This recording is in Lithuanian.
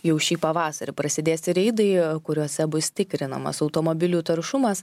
jau šį pavasarį prasidės reidai kuriuose bus tikrinamas automobilių taršumas